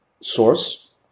source